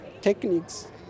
techniques